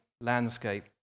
landscape